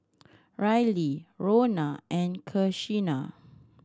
Ryley Rona and Kenisha